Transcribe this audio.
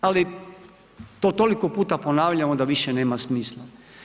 Ali to toliko puta ponavljamo da više nema smisla.